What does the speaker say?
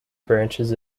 branches